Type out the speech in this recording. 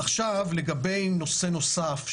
לגבי נושא נוסף,